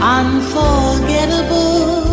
unforgettable